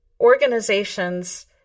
organizations